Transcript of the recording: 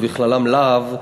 ובכללם "להב"